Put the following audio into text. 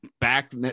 back